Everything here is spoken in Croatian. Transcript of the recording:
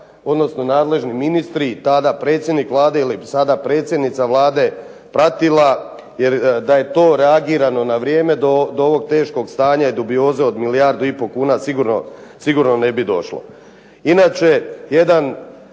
odnosno nadležni ministri i tada predsjednik Vlade ili sada predsjednica Vlade pratila, jer da je to reagirano na vrijeme do ovog teškog stanja i dubioze od milijardu i pol kuna sigurno ne bi došlo.